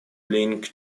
ling